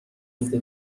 افته